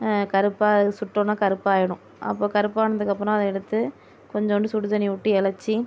கருப்பா அது சுட்டோனால் கருப்பாகிடும் அப்போ கருப்பானதுக்கப்புறம் அதை எடுத்து கொஞ்சோண்டு சுடுதண்ணி விட்டு எழச்சி